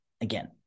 Again